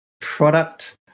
product